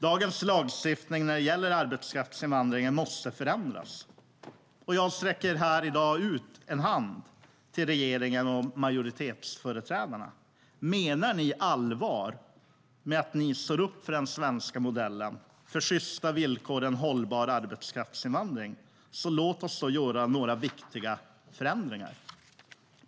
Dagens lagstiftning när det gäller arbetskraftsinvandringen måste förändras, och jag sträcker här i dag ut en hand till regeringen och majoritetsföreträdarna. Om ni menar allvar med att ni står upp för den svenska modellen, för sjysta villkor och för en hållbar arbetskraftsinvandring, låt oss då göra några viktiga förändringar!